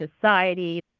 society